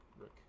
rick